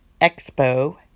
Expo